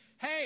hey